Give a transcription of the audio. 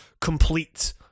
complete